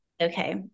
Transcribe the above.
Okay